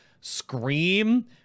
scream